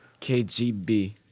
KGB